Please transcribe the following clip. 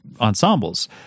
ensembles